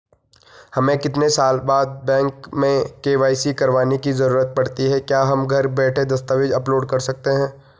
हमें कितने साल बाद बैंक में के.वाई.सी करवाने की जरूरत पड़ती है क्या हम घर बैठे दस्तावेज़ अपलोड कर सकते हैं?